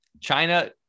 china